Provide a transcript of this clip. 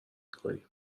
میکنیم